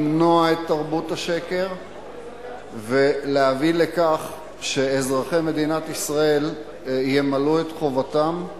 למנוע את תרבות השקר ולהביא לכך שאזרחי מדינת ישראל ימלאו את חובתם,